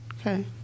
okay